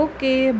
Okay